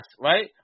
right